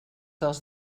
dels